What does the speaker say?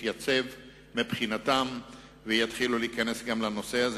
יתייצב מבחינתם ויתחילו להיכנס גם לנושא הזה.